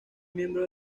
miembro